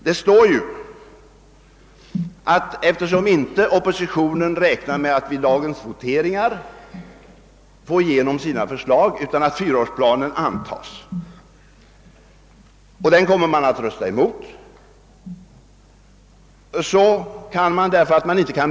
Där står ju att oppositionen inte räknar med att få igenom sina förslag i dagens voteringar, utan att fyraårsplanen kommer att antas — och den kommer de borgerliga partierna att rösta emot.